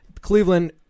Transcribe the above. Cleveland